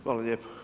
Hvala lijepo.